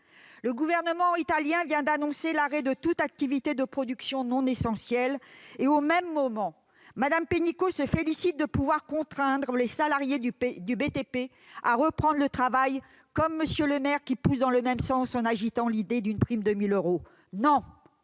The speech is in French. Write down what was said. le gouvernement italien annonce l'arrêt de toute activité de production non essentielle, Mme Pénicaud se félicite de pouvoir contraindre les salariés du BTP à reprendre le travail, tandis que M. Le Maire pousse dans le même sens en agitant l'idée d'une prime de 1 000 euros. Non !